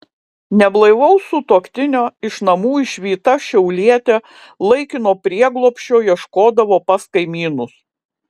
neblaivaus sutuoktinio iš namų išvyta šiaulietė laikino prieglobsčio ieškodavo pas kaimynus